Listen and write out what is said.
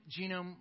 Genome